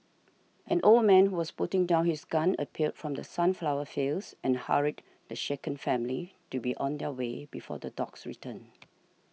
an old man who was putting down his gun appeared from the sunflower fields and hurried the shaken family to be on their way before the dogs return